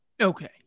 Okay